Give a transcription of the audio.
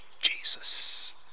Jesus